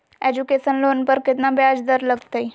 Education loan पर केतना ब्याज दर लगतई?